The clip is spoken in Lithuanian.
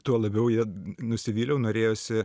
tuo labiau ja nusivyliau norėjosi